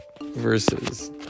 Versus